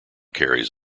carries